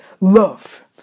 love